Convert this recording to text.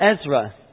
Ezra